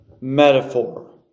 metaphor